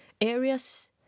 areas